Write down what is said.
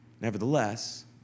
nevertheless